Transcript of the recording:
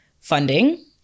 funding